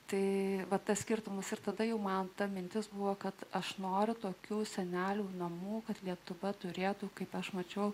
tai vat tas skirtumas ir tada jau man ta mintis buvo kad aš noriu tokių senelių namų kad lietuva turėtų kaip aš mačiau